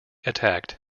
attacked